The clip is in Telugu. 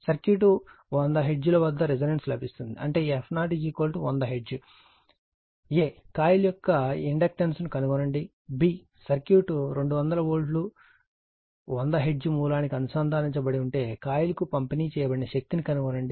సర్క్యూట్ 100 హెర్ట్జ్ వద్ద రెసోనెన్స్ లబిస్తుంది అంటే f0 100 హెర్ట్జ్ a కాయిల్ యొక్క ఇండక్టెన్స్ ను కనుగొనండి b సర్క్యూట్ 200 వోల్ట్ 100 హెర్ట్జ్ మూలానికి అనుసంధానించబడి ఉంటే కాయిల్కు పంపిణీ చేయబడిన శక్తిని కనుగొనండి